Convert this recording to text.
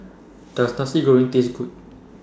Does Nasi Goreng Taste Good